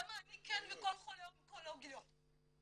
למה אני כן וכל חולה אונקולוגי לא.